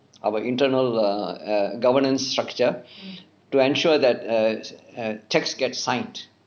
our internal err err governance structure to ensure that err err cheques get signed